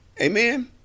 Amen